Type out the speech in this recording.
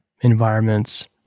environments